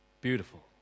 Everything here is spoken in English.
Beautiful